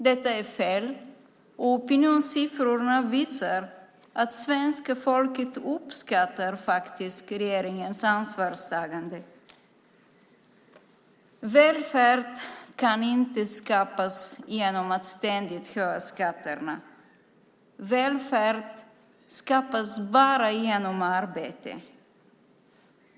Detta är fel, och opinionssiffrorna visar att svenska folket faktiskt uppskattar regeringens ansvarstagande. Välfärd kan inte skapas genom att ständigt höja skatterna. Välfärd skapas bara genom arbete.